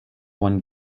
one